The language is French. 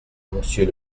monsieur